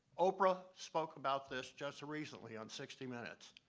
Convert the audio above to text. oprah spoke about this just recently on sixty minutes.